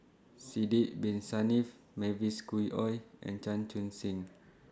Sidek Bin Saniff Mavis Khoo Oei and Chan Chun Sing